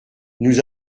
nous